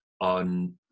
on